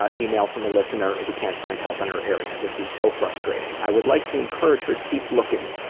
ah email from a listener who can't find help in her area. this is so frustrating. i would like to encourage her to keep looking.